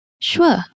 Sure